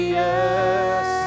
yes